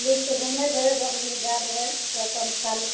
police तऽ घुमै छै दस बीस दै देबै ओ अपन खै लेतै